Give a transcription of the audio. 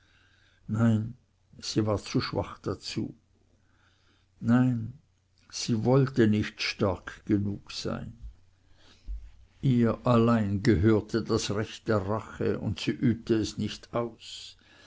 nein sie war zu schwach dazu nein sie wollte nicht stark genug sein ihr allein gehörte das recht der rache und sie übte es nicht aus